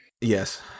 Yes